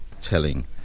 telling